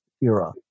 era